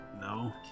No